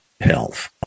health